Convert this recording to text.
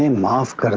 and masked but